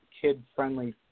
kid-friendly